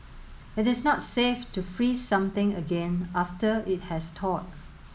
it is not safe to freeze something again after it has thawed